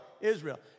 Israel